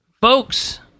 folks